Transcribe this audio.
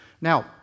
Now